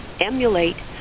emulate